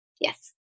yes